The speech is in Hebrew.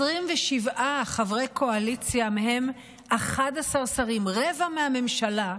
27 חברי קואליציה, מהם 11 שרים, רבע מהממשלה,